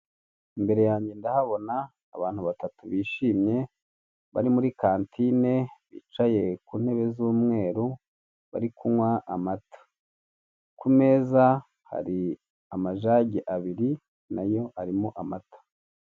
Imbere yange ndahabona abantu batatu bishimye bari muri kantine, bicaye ku ntebe z'umweru bari kunywa amata. Ku meza hari amajagi abiri nayo arimo amata.